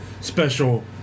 special